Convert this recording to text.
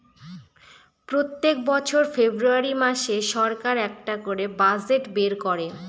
প্রত্যেক বছর ফেব্রুয়ারী মাসে সরকার একটা করে বাজেট বের করে